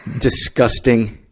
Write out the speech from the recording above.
disgusting